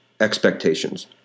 expectations